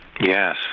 Yes